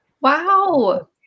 Wow